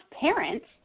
parents